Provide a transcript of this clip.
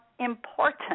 important